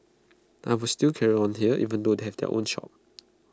I will still carry on here even though they have their own shop